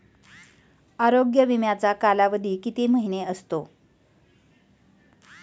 आरोग्य विमाचा कालावधी किती महिने असतो?